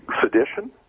Sedition